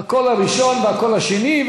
הקול הראשון והקול השני.